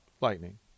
lightning